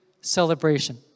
celebration